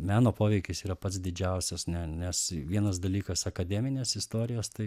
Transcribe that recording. meno poveikis yra pats didžiausias ne nes vienas dalykas akademinės istorijos tai